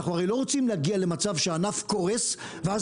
אנחנו הרי לא רוצים להגיע למצב שהענף קורס ואז